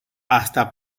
hasta